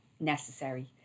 necessary